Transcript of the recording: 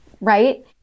Right